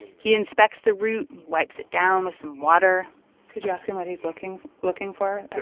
he inspects the root. wipes it down with some water could you ask him what he's looking looking for?